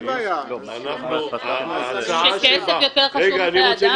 ההצעה --- כסף יותר חשוב מחיי אדם?